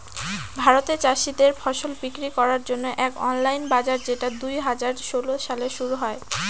ভারতে চাষীদের ফসল বিক্রি করার জন্য এক অনলাইন বাজার যেটা দুই হাজার ষোলো সালে শুরু হয়